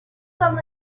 como